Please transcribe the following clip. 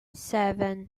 seven